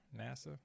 NASA